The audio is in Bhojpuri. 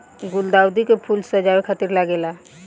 गुलदाउदी के फूल सजावे खातिर लागेला